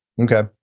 Okay